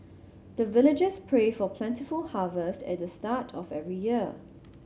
the villagers pray for plentiful harvest at the start of every year